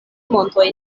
montoj